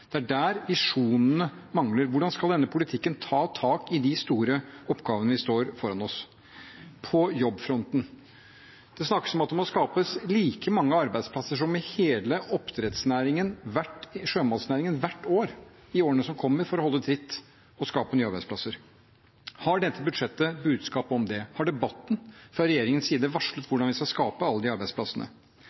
det er der visjonene mangler. Hvordan skal denne politikken ta tak i de store oppgavene vi står foran på jobbfronten? Det snakkes om at det må skapes like mange arbeidsplasser som i hele sjømatnæringen hvert år i årene som kommer, for å holde tritt og skape nye arbeidsplasser. Har dette budsjettet budskap om det? Har man i debatten fra regjeringens side varslet hvordan vi skal skape alle de arbeidsplassene?